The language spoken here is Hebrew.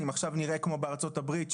אם עכשיו נראה כמו בארצות הברית,